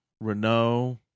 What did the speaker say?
Renault